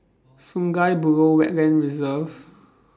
Sungei Buloh Wetland Reserve